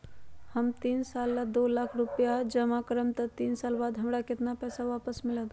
हम तीन साल ला दो लाख रूपैया जमा करम त तीन साल बाद हमरा केतना पैसा वापस मिलत?